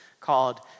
called